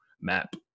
map